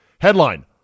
Headline